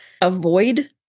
avoid